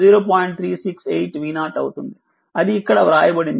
అది ఇక్కడ వ్రాయబడింది